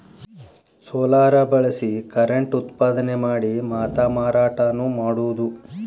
solar ಬಳಸಿ current ಉತ್ಪಾದನೆ ಮಾಡಿ ಮಾತಾ ಮಾರಾಟಾನು ಮಾಡುದು